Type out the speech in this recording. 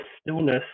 stillness